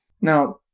Now